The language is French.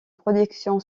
production